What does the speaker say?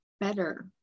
better